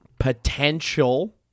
potential